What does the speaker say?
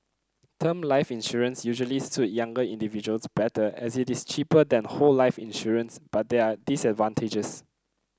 term life insurance usually suit younger individuals better as it is cheaper than whole life insurance but there are disadvantages